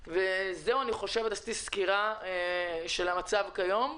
עשיתי סקירה של המצב כיום.